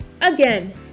Again